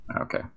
Okay